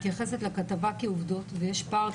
שוב את מתייחסת לכתבה כעובדות ויש פער,